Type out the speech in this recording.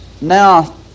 now